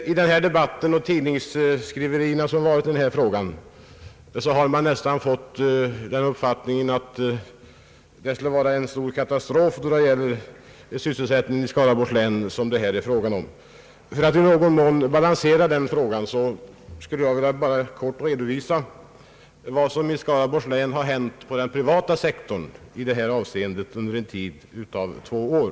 Av debatten här i kammaren och av de tidningsskriverier som förekommit i denna fråga har man nästan fått uppfattningen att det här är fråga om en stor katastrof vad gäller sysselsättningen i Skaraborgs län. För att i någon mån balansera uppfattningarna skulle jag bara helt kort vilja redovisa vad som har hänt i det här avseendet på den privata sektorn inom Skaraborgs län under en tid av två år.